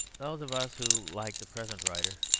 those of us who, like the present writer,